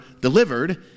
delivered